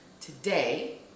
today